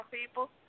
people